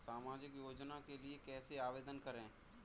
सामाजिक योजना के लिए कैसे आवेदन करें?